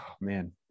man